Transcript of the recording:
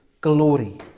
glory